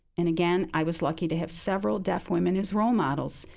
and again, i was lucky to have several deaf women as role models.